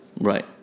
right